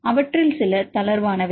அவற்றில் சில தளர்வானவை